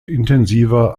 intensiver